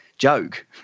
joke